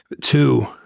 Two